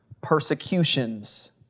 Persecutions